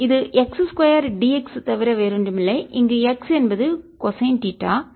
இதுx 2dx தவிர வேறொன்றுமில்லை இங்கு x என்பது கொசைன்தீட்டா